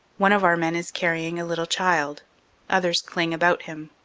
one of our men is carrying a little child others cling about him.